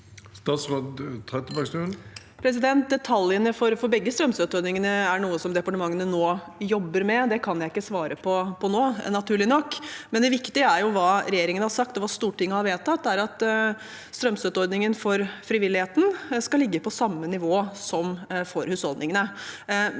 Detalj- ene for begge strømstøtteordningene er noe som departementene nå jobber med. Det kan jeg ikke svare på nå, naturlig nok. Det viktige er hva regjeringen har sagt, og hva Stortinget har vedtatt: at strømstøtteordningen for frivilligheten skal ligge på samme nivå som ordningen